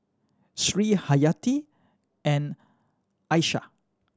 Sri Haryati and Aishah